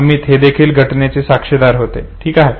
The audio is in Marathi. अमित हेदेखील या घटनेचे साक्षीदार होते ठीक आहे